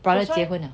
brothers 结婚 ah